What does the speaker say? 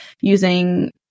using